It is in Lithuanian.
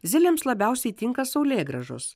ziliams labiausiai tinka saulėgrąžos